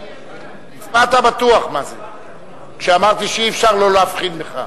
הצבעת בטוח, כשאמרתי שאי-אפשר שלא להבחין בך.